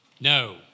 No